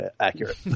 accurate